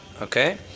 Okay